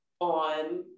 on